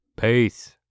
Peace